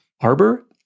arbor